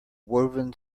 woven